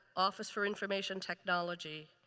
office for information technology.